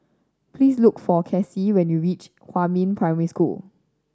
please look for Kasie when you reach Huamin Primary School